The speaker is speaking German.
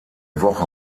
woche